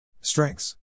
Strengths